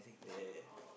yeah